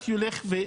רק ילכו ויתרחבו.